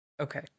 Okay